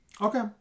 okay